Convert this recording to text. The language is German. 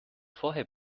vorher